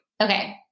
Okay